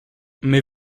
mais